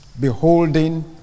beholding